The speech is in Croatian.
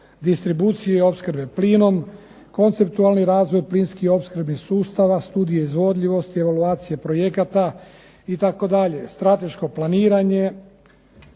distribucije i opskrbe plinom, konceptualni razvoj plinski opskrbnih sustava, studije izvodljivosti, evaluacije projekata itd. Strateško planiranje,